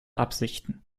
absichten